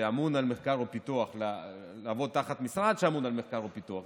שאמון על מחקר ופיתוח תחת משרד שאמון על מחקר ופיתוח,